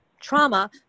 trauma